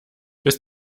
bis